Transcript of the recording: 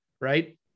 Right